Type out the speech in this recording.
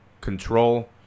Control